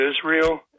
Israel